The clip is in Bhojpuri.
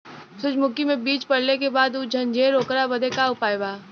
सुरजमुखी मे बीज पड़ले के बाद ऊ झंडेन ओकरा बदे का उपाय बा?